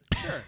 sure